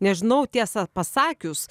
nežinau tiesą pasakius